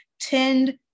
tend